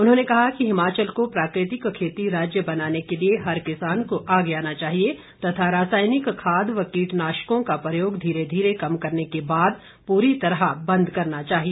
उन्होंने कहा कि हिमाचल को प्राकृतिक खेती राज्य बनाने के लिए हर किसान को आगे आना चाहिए तथा रसायनिक खाद व कीटनाशकों का प्रयोग धीरे धीरे कम करने के बाद पूरी तरह बंद करना चाहिए